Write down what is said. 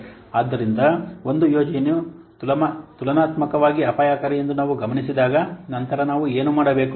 ಆದ್ದರಿಂದ ಒಂದು ಯೋಜನೆಯು ತುಲನಾತ್ಮಕವಾಗಿ ಅಪಾಯಕಾರಿ ಎಂದು ನಾವು ಗಮನಿಸಿದಾಗ ನಂತರ ನಾವು ಏನು ಮಾಡಬೇಕು